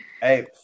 hey